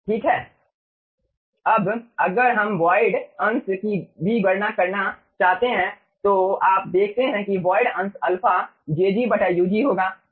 ठीक है अब अगर हम वॉइड अंश की भी गणना करना चाहते हैं तो आप देखते हैं कि वॉइड अंश अल्फा jg ug होगा